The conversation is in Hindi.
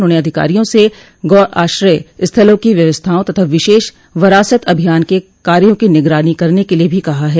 उन्होंने अधिकारियों से गौआश्रय स्थलों की व्यवस्थाओं तथा विशेष वरासत अभियान के कार्यो की निगरानी करने के लिये भी कहा है